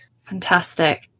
Fantastic